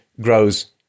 grows